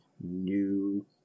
new